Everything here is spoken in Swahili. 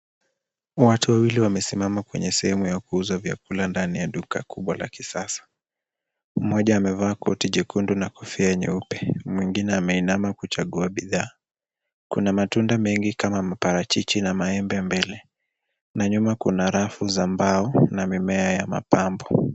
Watu wawili wamesimama kwenye sehemu ya kuuza vyakula ndani ya duka kubwa la kisasa. Mmoja amevaa koti jekundu na kofia nyeupe. Mwingine ameinama kuchagua bidhaa. Kuna matunda mengi kama maparachichi na maembe mbele na nyuma kuna rafu za mbao na mimea ya mapambo.